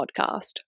podcast